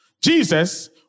Jesus